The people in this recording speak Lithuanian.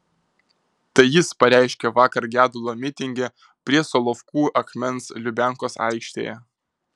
tai jis pareiškė vakar gedulo mitinge prie solovkų akmens lubiankos aikštėje